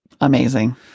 Amazing